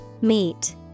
Meet